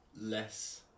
less